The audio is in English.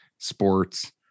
sports